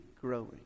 growing